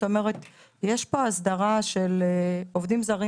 זאת אומרת, יש פה הסדרה של עובדים זרים